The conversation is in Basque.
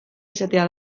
esatea